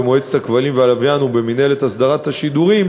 במועצת הכבלים והלוויין או במינהלת השידורים,